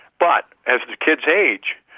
but as the kids age,